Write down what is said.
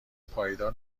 پایدار